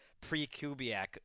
pre-Kubiak